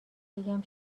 بگم